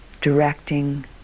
directing